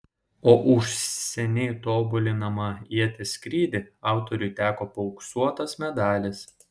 o už seniai tobulinamą ieties skrydį autoriui teko paauksuotas medalis